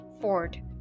Ford